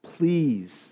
Please